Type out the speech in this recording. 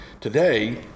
Today